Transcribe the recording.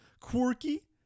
Quirky